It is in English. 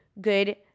good